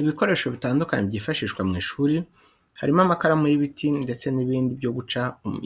Ibikoresho bitandukanye byifashishwa mu ishuri harimo amakaramu y'ibiti ndetse n'ibindi byo guca